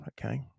okay